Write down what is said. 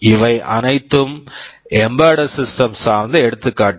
இவை அனைத்தும் embedded systems Embedded Systems சார்ந்த எடுத்துக்காட்டுகள்